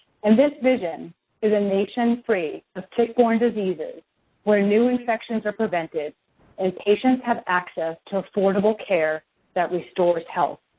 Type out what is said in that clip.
and this vision is a nation free of tick-borne diseases where new infections are prevented and patients have access to affordable care that restores health.